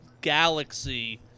galaxy